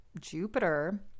Jupiter